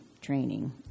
training